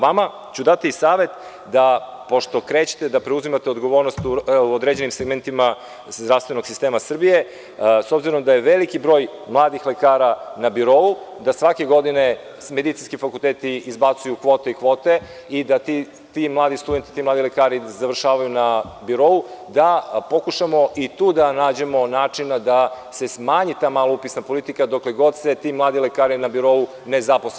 Vama ću dati savet, pošto krećete da preuzimate odgovornost u određenim segmentima zdravstvenog sistema Srbije, s obzirom da je veliki broj mladih lekara na birou, da svake godine medicinski fakulteti izbacuju kvote i kvote i da ti mladi lekari završavaju na birou, da pokušamo i tu da nađemo način da se smanji ta maloupisna politika dokle god se ti mladi lekari na birou ne zaposle.